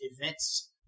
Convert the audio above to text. events